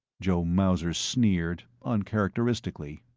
joe mauser sneered, uncharacteristically.